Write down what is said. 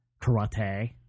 karate